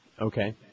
Okay